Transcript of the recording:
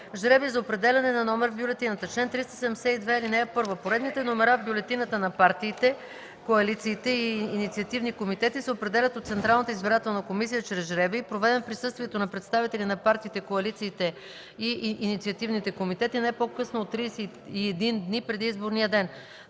„Жребий за определяне на номер в бюлетината Чл. 372. (1) Поредните номера в бюлетината на партиите, коалициите и инициативни комитети се определят от Централната избирателна комисия чрез жребий, проведен в присъствието на представители на партиите, коалициите и инициативните комитети не по-късно от 31 дни преди изборния ден.